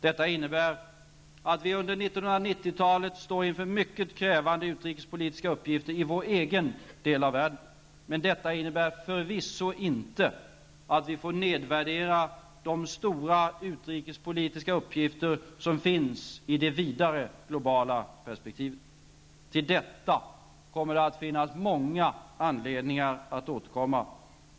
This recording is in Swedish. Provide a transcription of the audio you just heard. Detta innebär att vi under 1990-talet står inför mycket krävande utrikespolitiska uppgifter i vår egen del av världen. Men detta innebär förvisso inte att vi får nedvärdera de stora utrikespolitiska uppgifter som finns i det vidare globala perspektivet. Till detta kommer det att finnas många anledningar att återkomma.